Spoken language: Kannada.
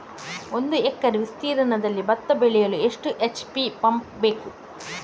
ಒಂದುಎಕರೆ ವಿಸ್ತೀರ್ಣದಲ್ಲಿ ಭತ್ತ ಬೆಳೆಯಲು ಎಷ್ಟು ಎಚ್.ಪಿ ಪಂಪ್ ಬೇಕು?